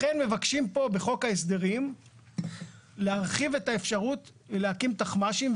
לכן מבקשים פה בחוק ההסדרים להרחיב את האפשרות להקים תחמ"שים.